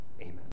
Amen